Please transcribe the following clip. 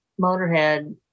Motorhead